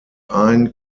ein